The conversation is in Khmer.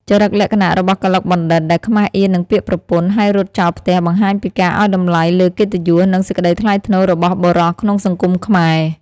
ចរិតលក្ខណៈរបស់កឡុកបណ្ឌិត្យ ដែលខ្មាសអៀននឹងពាក្យប្រពន្ធ ហើយរត់ចោលផ្ទះ បង្ហាញពីការឱ្យតម្លៃលើកិត្តិយស និងសេចក្តីថ្លៃថ្នូររបស់បុរសក្នុងសង្គមខ្មែរ។